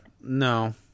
No